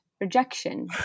rejection